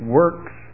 works